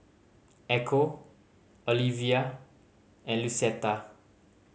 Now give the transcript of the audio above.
Echo Olevia and Lucetta